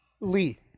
Lee